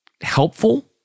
helpful